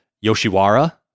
Yoshiwara